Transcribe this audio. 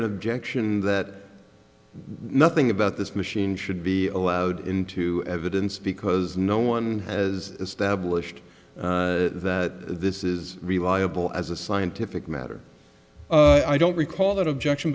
in objection that nothing about this machine should be allowed into evidence because no one has established that this is reliable as a scientific matter i don't recall that objection